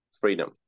freedom